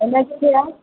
എന്നാ ചെയ്യുവാണ്